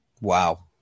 Wow